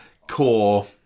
core